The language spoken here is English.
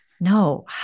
no